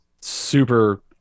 super